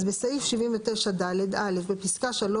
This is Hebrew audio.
אז בסעיף 79ד. חדש (20א) בסעיף 79ד - בפסקה (3),